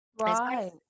Right